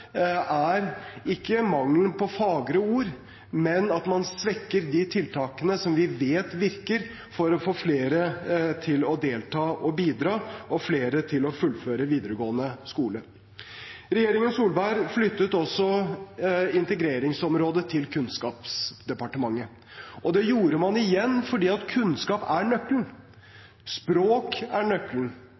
er ikke mangelen på fagre ord, men at man svekker de tiltakene som vi vet virker for å få flere til å delta og bidra og flere til å fullføre videregående skole. Regjeringen Solberg flyttet også integreringsområdet til Kunnskapsdepartementet. Det gjorde man – igjen – fordi kunnskap er nøkkelen, språk er nøkkelen,